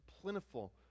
plentiful